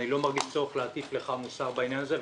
אני לא מרגיש צורך להטיף לך מוסר בעניין הזה,